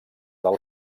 del